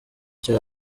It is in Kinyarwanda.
cyo